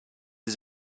his